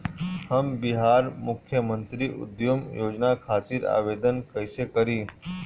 हम बिहार मुख्यमंत्री उद्यमी योजना खातिर आवेदन कईसे करी?